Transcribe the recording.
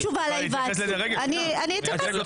אני אתייחס.